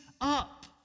up